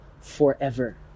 forever